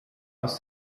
aus